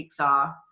Pixar